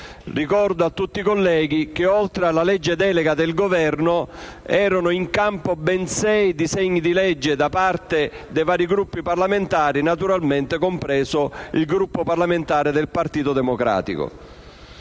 Ricordo a tutti i senatori che, oltre alla legge delega del Governo, erano in campo ben sei disegni di legge da parte dei vari Gruppi parlamentari, compreso naturalmente quello del Partito Democratico.